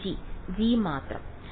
വിദ്യാർത്ഥി g g മാത്രം